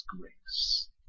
grace